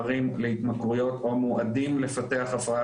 לאשר או לא לאשר אינדיקציות רפואיות